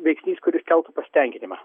veiksnys kuris keltų pasitenkinimą